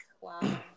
wow